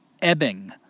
ebbing